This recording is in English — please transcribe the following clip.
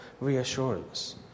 reassurance